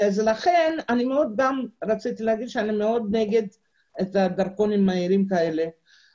אני מאוד נגד הדרכונים המהירים עליהם דובר.